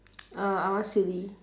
err I want silly